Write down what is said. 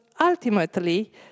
ultimately